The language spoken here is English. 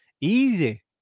Easy